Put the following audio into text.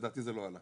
לדעתי זה לא עלה.